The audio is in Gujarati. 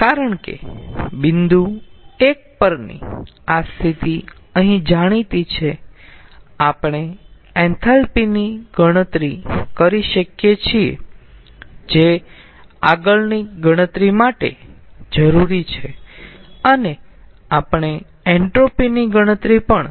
કારણ કે બિંદુ 1 પરની આ સ્થિતિ અહીં જાણીતી છે આપણે એન્થાલ્પી ની ગણતરી કરી શકીએ છીએ જે આગળની ગણતરી માટે જરૂરી છે અને આપણે એન્ટ્રોપી ની ગણતરી પણ